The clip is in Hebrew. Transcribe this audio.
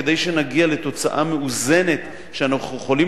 כדי שנגיע לתוצאה מאוזנת שאנחנו יכולים